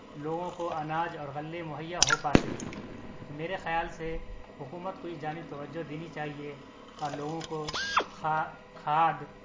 لوگوں کو اناج اور غلے مہیا ہو پاتے ہیں تو میرے خیال سے حکومت کو اس جانب توجہ دینی چاہیے اور لوگوں کو خا کھاد